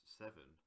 seven